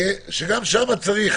שגם שם צריך